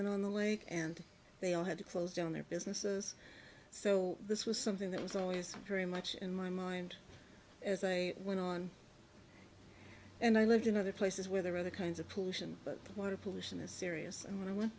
fishermen on the lake and they all had to close down their businesses so this was something that was very much in my mind as i went on and i lived in other places where there are other kinds of pollution but water pollution is serious and when i went